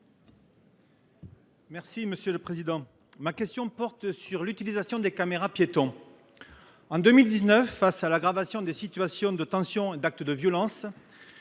Monsieur le président, ma question porte sur l’utilisation des caméras piétons. En 2019, face à l’aggravation des situations de tension et des actes de violence